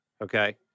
okay